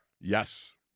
Yes